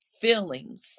feelings